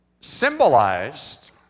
symbolized